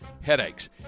headaches